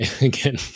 again